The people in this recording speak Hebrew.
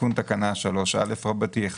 תיקון תקנה א3 רבתי1.